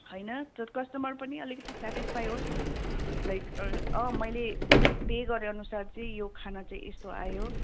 होइन कस्टमर पनि अलिकति सेटिसफाइ होस् न लाइक मैले पे गरे अनुसार चाहिँ यो खाना चाहिँ यस्तो आयो